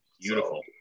Beautiful